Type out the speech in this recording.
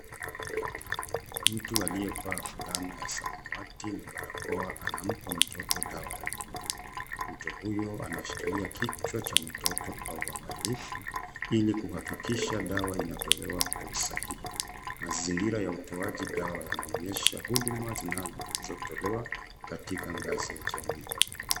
Mtu aliyevaa fulana ya samawati na barakoa anampa mtoto dawa ya kunywa. Mtu huyo anashikilia kichwa cha mtoto kwa uangalifu ili kuhakikisha dawa inatolewa kwa usahihi. Mazingira ya utoaji dawa yanaonyesha huduma zinazotolewa katika ngazi ya jamii.